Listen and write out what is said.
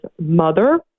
mother